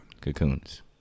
Cocoons